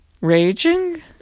Raging